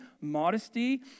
modesty